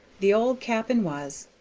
the old cap'n was,